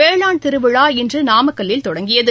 வேளாண் திருவிழா இன்று நாமக்கல்வில் தொடங்கியது